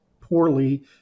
poorly